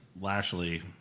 Lashley